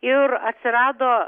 ir atsirado